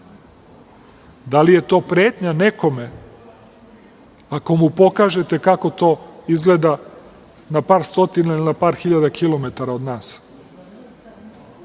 li je to pretnja nekome ako mu pokažete kako to izgleda na par stotina ili na par hiljada kilometara od nas.